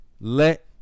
let